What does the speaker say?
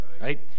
right